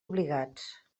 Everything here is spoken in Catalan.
obligats